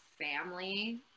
family